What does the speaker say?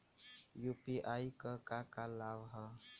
UPI क का का लाभ हव?